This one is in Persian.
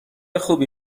خوبی